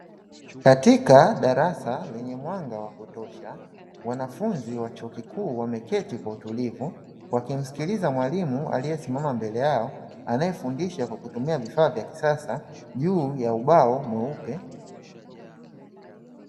Katika darasa lenye mwanga wa kutosha, wanafunzi wa chuo kikuu wameketi kwa utulivu, wakimsikiliza mwalimu aliyesimama mbele yao, anaefundisha kwa kutumia vifaa vya kisasa juu ya ubao mweupe.